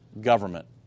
government